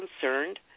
concerned